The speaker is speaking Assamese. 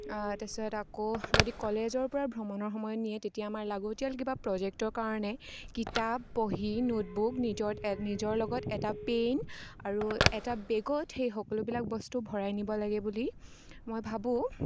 তাৰপিছত আকৌ যদি কলেজৰ পৰা ভ্ৰমণৰ সময়ত নিয়ে তেতিয়া আমাৰ লাগতিয়াল কিবা প্ৰজেক্টৰ কাৰণে কিতাপ বহি নোটবুক নিজৰ নিজৰ লগত এটা পেন আৰু এটা বেগত সেই সকলোবিলাক বস্তু ভৰাই নিব লাগে বুলি মই ভাবোঁ